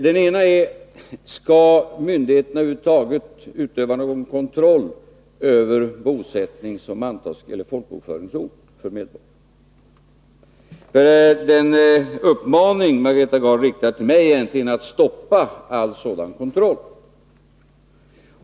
Den ena är: Skall myndigheterna över huvud taget utöva någon kontroll över bosättningsoch folkbokföringsort för medborgarna? Den uppmaning Margareta Gard riktat till mig är egentligen att stoppa all sådan kontroll.